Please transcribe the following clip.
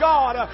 God